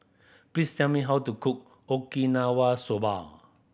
please tell me how to cook Okinawa Soba